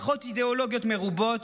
פחות אידיאולוגיות מרובות,